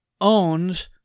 owns